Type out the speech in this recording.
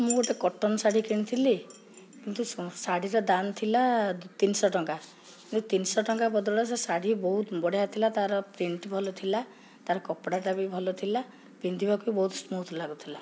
ମୁଁ ଗୋଟେ କଟନଶାଢ଼ୀ କିଣିଥିଲି କିନ୍ତୁ ଶାଢ଼ୀର ଦାମ୍ ଥିଲା ତିନିଶହଟଙ୍କା ଯେଉଁ ତିନିଶହଟଙ୍କା ବଦଳରେ ସେ ଶାଢ଼ୀ ବହୁତ ବଢ଼ିଆ ଥିଲା ତାର ପ୍ରିଣ୍ଟ୍ ଭଲଥିଲା ତାର କପଡ଼ାଟା ବି ଭଲଥିଲା ପିନ୍ଧିବାକୁ ବହୁତ ସ୍ମୁଥ ଲାଗୁଥିଲା